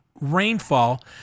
rainfall